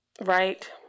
Right